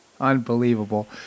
Unbelievable